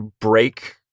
break